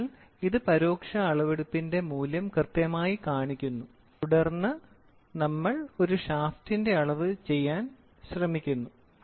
അതിനാൽ ഇത് പരോക്ഷ അളവെടുപ്പിന്റെ മൂല്യം കൃത്യമായി കാണിക്കുന്നു തുടർന്ന് നമ്മൾ ഒരു ഷാഫ്റ്റിന്റെ അളവ് ചെയ്യാൻ ശ്രമിക്കുന്നു